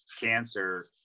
cancer